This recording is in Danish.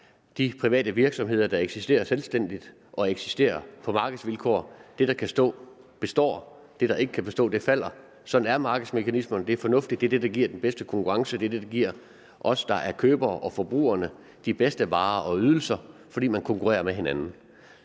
de private virksomheder, der eksisterer selvstændigt og på markedsvilkår: Det, der kan stå, består, og det, der ikke kan bestå, falder. Sådan er markedsmekanismerne. Det er fornuftigt, det er det, der giver den bedste konkurrence. Det er det, der giver os, der er købere og forbrugere, de bedste varer og ydelser, fordi man konkurrerer med hinanden.